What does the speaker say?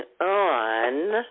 on